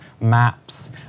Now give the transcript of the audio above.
maps